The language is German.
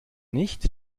nicht